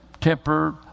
temper